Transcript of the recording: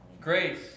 Grace